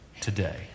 today